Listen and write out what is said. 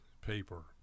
paper